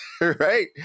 Right